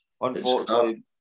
unfortunately